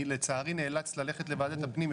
אני לצערי נאלץ ללכת לוועדת הפנים,